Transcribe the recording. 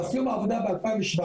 אבל סיום העבודה ב-2017.